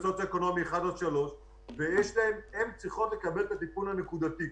סוציו-אקונומי 1 3 והן צריכות לקבל את הטיפול הנקודתי.